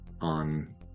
on